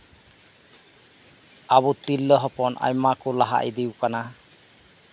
ᱟᱵᱚ ᱛᱤᱨᱞᱟᱹ ᱦᱚᱯᱚᱱ ᱟᱭᱢᱟ ᱠᱚ ᱞᱟᱦᱟ ᱤᱫᱤ ᱟᱠᱟᱱᱟ